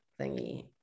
thingy